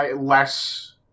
less